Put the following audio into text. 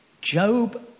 Job